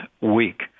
week